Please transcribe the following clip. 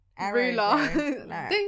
ruler